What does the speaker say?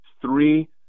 three